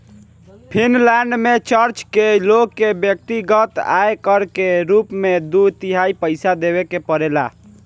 Finland में church के लोग के व्यक्तिगत आय कर के रूप में दू तिहाई पइसा देवे के पड़ेला